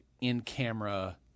in-camera